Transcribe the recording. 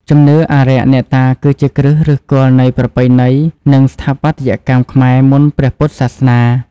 ជំនឿអារក្សអ្នកតា គឺជាគ្រឹះឫសគល់នៃប្រពៃណីនិងស្ថាបត្យកម្មខ្មែរមុនព្រះពុទ្ធសាសនា។